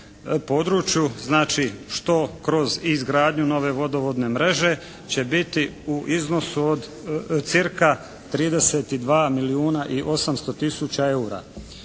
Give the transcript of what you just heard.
području znači što kroz izgradnju nove vodovodne mreže će biti u iznosu od cca. 32 milijuna i 800 tisuća eura.